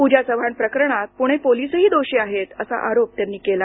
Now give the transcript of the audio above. पूजा चव्हाण प्रकरणात पुणे पोलीसही दोषी आहेत असा आरोप त्यांनी केला